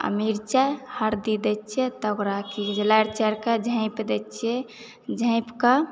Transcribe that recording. आ मिरचाइ हरदि दैत छियै तब लारि चारिकऽ झाँपि दैत छियै झाँपिकऽ